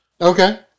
Okay